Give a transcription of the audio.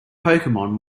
pokemon